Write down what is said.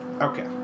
Okay